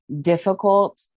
difficult